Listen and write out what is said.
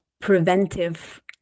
preventive